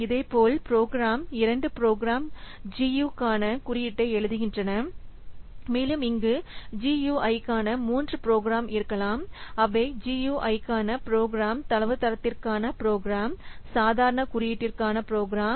இதேபோல் ப்ரோக்ராம் இரண்டு program GUI க்கான குறியீட்டை எழுதுகின்றன மேலும் இங்கு GUI க்கான மூன்று ப்ரோக்ராம் இருக்கலாம் அவை GUI க்கான ப்ரோக்ராம் தரவுத்தளத்திற்கான ப்ரோக்ராம் சாதாரண குறியீட்டிற்கான ப்ரோக்ராம்